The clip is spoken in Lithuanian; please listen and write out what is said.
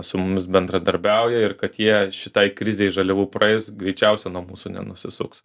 su mumis bendradarbiauja ir kad jie šitai krizei žaliavų praėjus greičiausia nuo mūsų nenusisuks